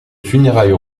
funérailles